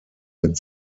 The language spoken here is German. mit